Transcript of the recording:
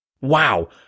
Wow